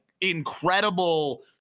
incredible